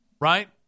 Right